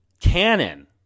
Canon